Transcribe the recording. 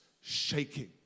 shaking